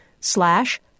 slash